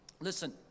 Listen